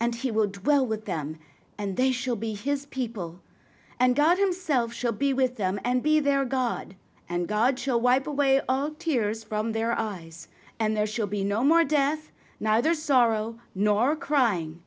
and he will drill with them and they shall be his people and god himself shall be with them and be their god and god shall wipe away all tears from their eyes and there shall be no more death neither sorrow nor crying